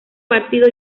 partido